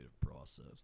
process